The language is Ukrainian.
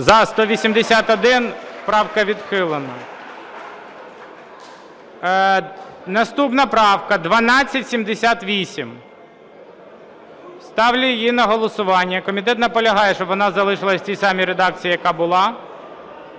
За-181 Правка відхилена. Наступна правка 1278. Ставлю її на голосування. Комітет наполягає, щоб вона залишилася в тій самій редакції, яка була.